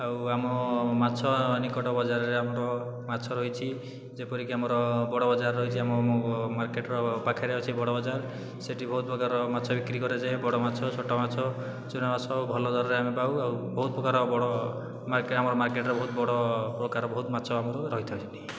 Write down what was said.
ଆଉ ଆମ ମାଛ ନିକଟ ବଜାରରେ ଆମର ମାଛ ରହିଛି ଯେପରିକି ଆମର ବଡ଼ ବଜାର ରହିଛି ଆମ ମାର୍କେଟର ପାଖରେ ରହିଛି ବଡ଼ ବଜାର ସେଠି ବହୁତ ପ୍ରକାରର ମାଛ ବିକ୍ରି କରାଯାଏ ବଡ଼ ମାଛ ଛୋଟ ମାଛ ଚୂନା ମାଛ ସବୁ ଭଲ ଦରରେ ଆମେ ପାଉ ଆଉ ବହୁତ ପ୍ରକାର ବଡ଼ ଆମର ମାର୍କେଟର ବହୁତ ବଡ଼ ପ୍ରକାର ବହୁତ ମାଛ ଆମର ରହିଥାନ୍ତି